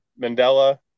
Mandela